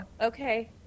okay